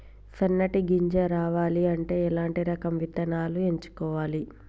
సన్నటి గింజ రావాలి అంటే ఎలాంటి రకం విత్తనాలు ఎంచుకోవాలి?